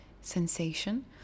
sensation